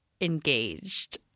engaged